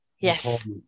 yes